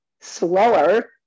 slower